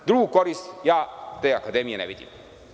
Drugu korist od te akademije ja ne vidim.